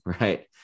right